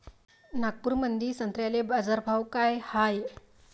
नागपुरामंदी संत्र्याले बाजारभाव काय हाय?